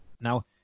Now